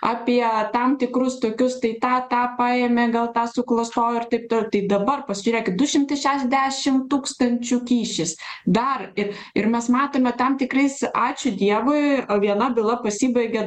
apie tam tikrus tokius tai tą tą paėmė gal tą suklastojo ir taip tol tai dabar pasižiūrėkit du šimtai šešiasdešimt tūkstančių kyšis dar ir ir mes matome tam tikrais ačiū dievui viena byla pasibaigė